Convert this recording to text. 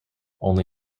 only